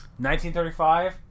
1935